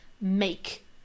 make